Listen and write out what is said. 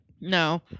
No